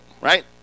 Right